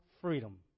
Freedom